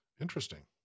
Interesting